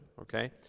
okay